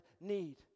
need